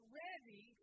ready